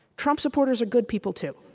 trump supporters are good people too.